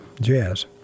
jazz